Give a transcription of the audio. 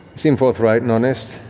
seem forthright and honest.